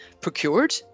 procured